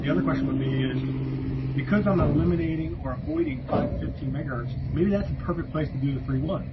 the other question would be is because um not eliminating or avoiding five to fifteen makers maybe that's a perfect place to do the three one.